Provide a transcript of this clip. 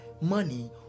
money